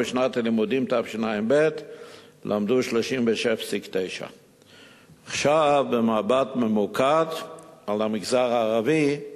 ובשנת הלימודים תשע"ב למדו 36.9%. במבט ממוקד על המגזר הערבי,